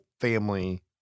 family